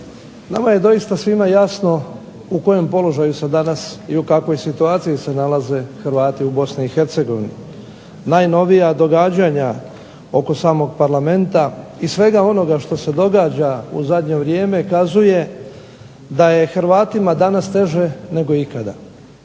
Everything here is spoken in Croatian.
Nama je doista svima jasno u kojem položaju se danas i u kakvoj situaciji se nalaze Hrvati u Bosni i Hercegovini. Najnovija događanja oko samog parlamenta i svega onoga što se događa u zadnje vrijeme kazuje da je Hrvatima danas teže nego ikada